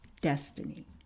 destiny